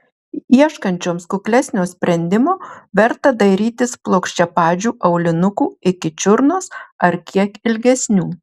ieškančioms kuklesnio sprendimo verta dairytis plokščiapadžių aulinukų iki čiurnos ar kiek ilgesnių